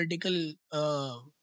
political